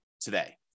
today